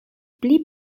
pli